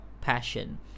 passion